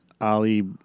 Ali